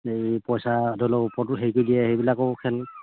এই পইচা ধৰি লওক ওপৰটো হেৰি কৰি দিয়ে সেইবিলাকৰো খেল